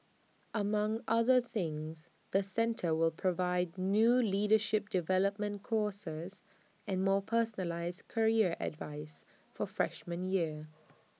among other things the centre will provide new leadership development courses and more personalised career advice for freshman year